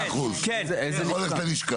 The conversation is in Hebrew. תוציאו אותו החוצה, מאה אחוז אתה יכול ללכת ללשכה.